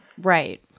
Right